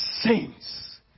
saints